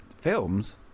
Films